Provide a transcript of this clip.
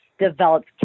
develops